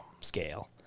scale